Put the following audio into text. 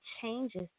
changes